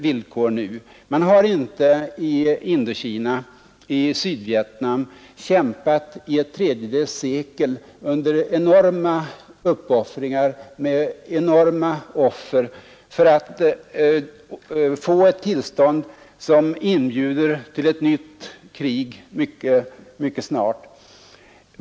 Vietnams folk har inte kämpat i ett tredjedels sekel under enorma uppoffringar och med enorma offer för att få ett tillstånd som liknar 1954 och leder till ett nytt krig mycket snart.